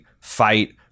fight